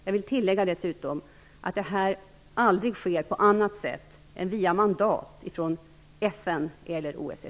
Jag vill dessutom tillägga att det här aldrig sker på annat sätt än via mandat från FN eller OSSE.